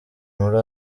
muri